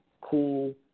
cool